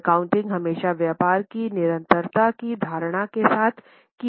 accounting हमेशा व्यापार की निरंतरता की धारणा के साथ किया जाता है